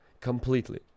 completely